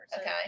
Okay